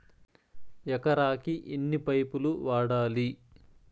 ఎకరాకి ఎన్ని పైపులు వాడాలి?